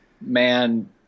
man